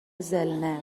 زلنر